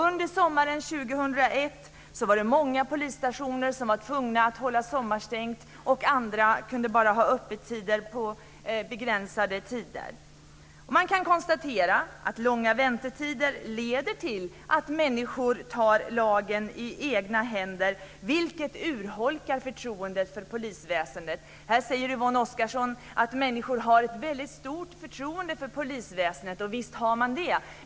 Under sommaren 2001 var det många polisstationer som tvingades hålla sommarstängt och andra kunde bara ha begränsade öppettider. Man kan konstatera att långa väntetider leder till att människor tar lagen i egna händer, vilket urholkar förtroendet för polisväsendet. Här säger Yvonne Oscarsson att människor har ett väldigt stort förtroende för polisväsendet, och visst har man det.